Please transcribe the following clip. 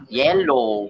yellow